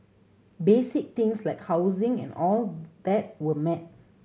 basic things like housing and all that were met